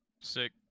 Sick